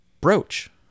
brooch